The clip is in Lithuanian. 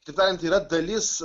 kitaip tariant yra dalis